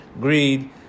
greed